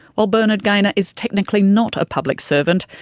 while bernard gaynor is technically not a public servant,